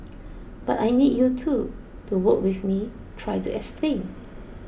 but I need you too to work with me try to explain